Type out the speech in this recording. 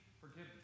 forgiveness